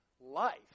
life